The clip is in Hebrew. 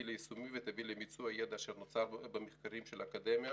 ליישומי ותביא למיצוי הידע אשר נוצר במחקרים של האקדמיה